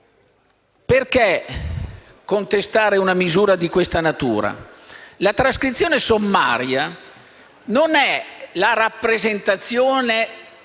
perché contestare una misura di questa natura? La trascrizione sommaria non è la rappresentazione